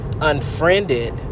Unfriended